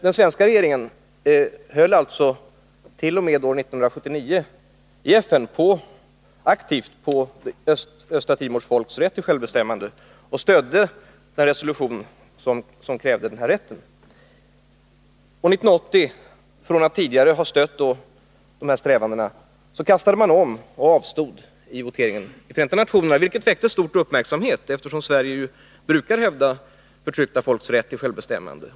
Den svenska regeringen höll alltså t.o.m. år 1979 i FN aktivt på Östra Timors folks rätt till självbestämmande och stödde de resolutioner som krävde denna rätt. År 1980 kastade man om och avstod från att rösta i voteringen i Förenta nationerna, vilket väckte stor uppmärksamhet, eftersom Sverige brukar hävda förtryckta folks rätt till självbestämmande.